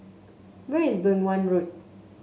where is Beng Wan Road